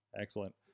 Excellent